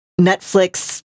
Netflix